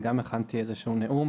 אני גם הכנתי איזה שהוא נאום.